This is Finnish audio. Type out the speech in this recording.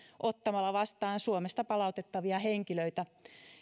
ottamalla vastaan suomesta palautettavia henkilöitä